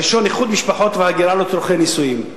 הראשון, איחוד משפחות והגירה לצורכי נישואים.